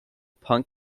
punk